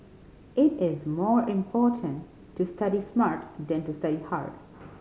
it is more important to study smart than to study hard